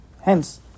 hence